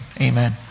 Amen